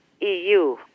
EU